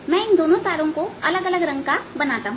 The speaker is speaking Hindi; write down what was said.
मैं इन दोनों तारों को अलग अलग रंग का बनाता हूं